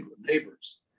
neighbors